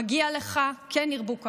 מגיע לך, כן ירבו כמוך.